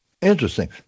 Interesting